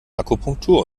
akupunktur